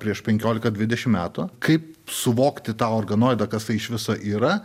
prieš penkiolika dvidešim metų kaip suvokti tą organoidą kas tai iš viso yra